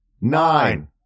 nine